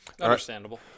Understandable